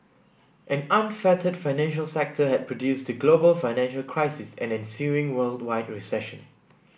an unfettered financial sector had produced the global financial crisis and ensuing worldwide recession